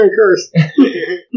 curse